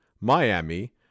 Miami